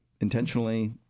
intentionally